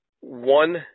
one